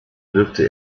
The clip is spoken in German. wirkte